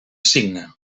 signe